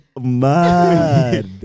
mad